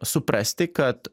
suprasti kad